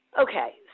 Okay